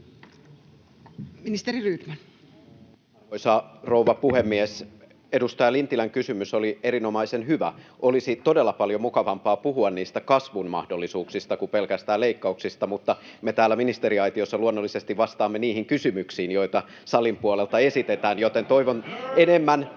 Content: Arvoisa rouva puhemies! Edustaja Lintilän kysymys oli erinomaisen hyvä. Olisi todella paljon mukavampaa puhua niistä kasvun mahdollisuuksista kuin pelkästään leikkauksista, mutta me täällä ministeriaitiossa luonnollisesti vastaamme niihin kysymyksiin, joita salin puolelta esitetään, [Hälinää